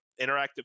interactive